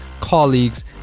colleagues